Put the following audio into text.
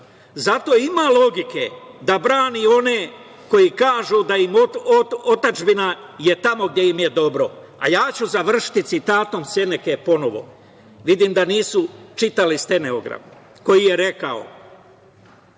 Zato ima logike da brani one koji kažu da im je otadžbina tamo gde im je dobro, a ja ću završiti citatom Seneke ponovo, vidim da nisu čitali stenogram, koji je rekao